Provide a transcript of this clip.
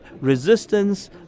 resistance